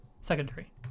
Secondary